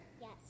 Yes